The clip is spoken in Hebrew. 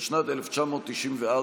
התשנ"ד 1994,